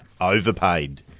overpaid